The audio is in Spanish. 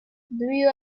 debido